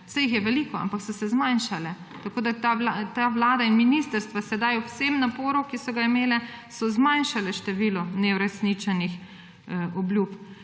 Saj jih je veliko, ampak so se zmanjšale. Tako da ta vlada in ministrstva so sedaj ob vsem naporu, ki so ga imeli, zmanjšali število neuresničenih